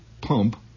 pump